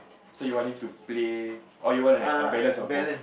so you want him to play or you want like that a balance of both